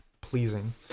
pleasing